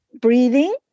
breathing